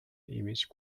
image